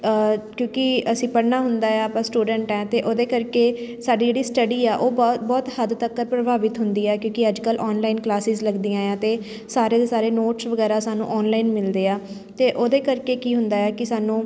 ਕਿਉਂਕਿ ਅਸੀਂ ਪੜ੍ਹਨਾ ਹੁੰਦਾ ਆ ਆਪਾਂ ਸਟੂਡੈਂਟ ਹੈ ਅਤੇ ਉਹਦੇ ਕਰਕੇ ਸਾਡੀ ਜਿਹੜੀ ਸਟੱਡੀ ਆ ਉਹ ਬ ਬਹੁਤ ਹੱਦ ਤੱਕ ਪ੍ਰਭਾਵਿਤ ਹੁੰਦੀ ਹੈ ਕਿਉਂਕਿ ਅੱਜ ਕੱਲ੍ਹ ਔਨਲਾਈਨ ਕਲਾਸਿਸ ਲੱਗਦੀਆਂ ਆ ਅਤੇ ਸਾਰੇ ਦੇ ਸਾਰੇ ਨੋਟਸ ਵਗੈਰਾ ਸਾਨੂੰ ਔਨਲਾਈਨ ਮਿਲਦੇ ਆ ਅਤੇ ਉਹਦੇ ਕਰਕੇ ਕੀ ਹੁੰਦਾ ਹੈ ਕਿ ਸਾਨੂੰ